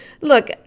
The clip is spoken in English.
Look